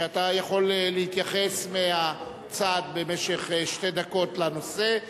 אתה יכול להתייחס מהצד במשך שתי דקות לנושא.